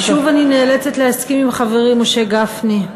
שוב אני נאלצת להסכים עם חברי משה גפני,